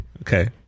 Okay